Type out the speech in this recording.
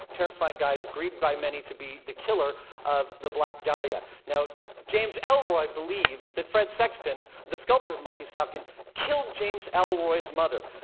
terrifying guy agreed by many to be the killer of the black dahlia. now, james ellroy believes that fred sexton, the sculptor of the maltese falcon, killed james elroy's mother.